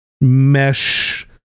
mesh